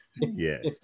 Yes